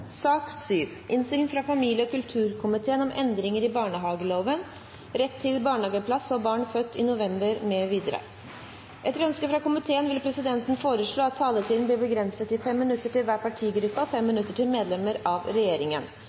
sak nr. 1. Etter ønske fra kommunal- og forvaltningskomiteen vil presidenten foreslå at taletiden blir begrenset til 5 minutter til hver partigruppe og 5 minutter til medlemmer av regjeringen.